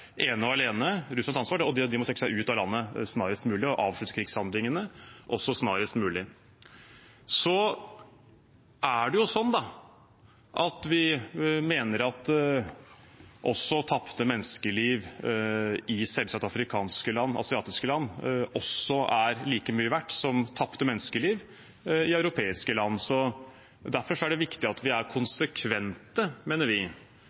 alene russernes ansvar, og de må trekke seg ut av landet snarest mulig og avslutte krigshandlingene også snarest mulig. Så er det jo sånn at vi mener at tapte menneskeliv i afrikanske og asiatiske land selvsagt er like mye verdt som tapte menneskeliv i europeiske land. Derfor er det viktig at vi er konsekvente, mener vi,